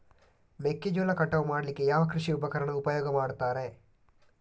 ಮೆಕ್ಕೆಜೋಳ ಕಟಾವು ಮಾಡ್ಲಿಕ್ಕೆ ಯಾವ ಕೃಷಿ ಉಪಕರಣ ಉಪಯೋಗ ಮಾಡ್ತಾರೆ?